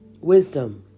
wisdom